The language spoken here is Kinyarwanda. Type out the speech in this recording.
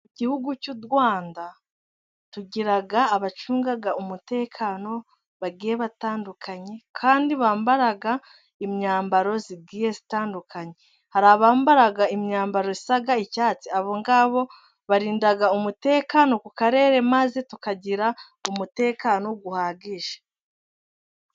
Igihugu cy'u Rwanda tugira abacunga umutekano bagiye batandukanye, kandi bambara imyambaro igiye zitandukanye. Hari abambara imyambaro isa icyatsi, abo ngabo barinda umutekano ku karere, maze tukagira umutekano uhagije.